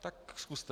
Tak zkuste.